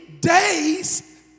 days